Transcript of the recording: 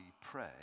pray